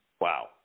Wow